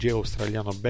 australiano